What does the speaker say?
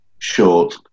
short